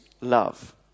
love